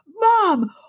mom